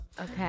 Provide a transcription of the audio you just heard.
Okay